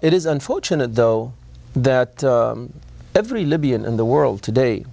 it is unfortunate though that every libyan in the world today